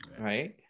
Right